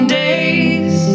days